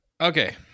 Okay